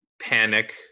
panic